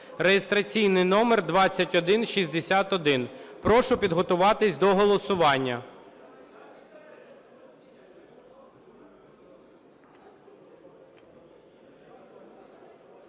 (реєстраційний номер 2161). Прошу підготуватись до голосування.